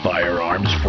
Firearms